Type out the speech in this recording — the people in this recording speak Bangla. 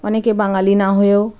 অনেকে বাঙালি না হয়েও